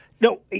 No